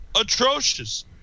atrocious